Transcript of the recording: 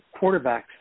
quarterbacks